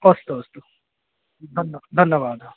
अस्तु अस्तु धन्न धन्यवादः